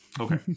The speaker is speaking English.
Okay